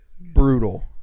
Brutal